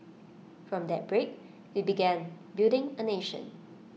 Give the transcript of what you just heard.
from that break we began building A nation